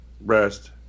rest